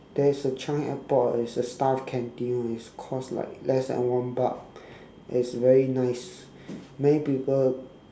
there is a changi airport there is a staff canteen which cost like less than one buck that is very nice many people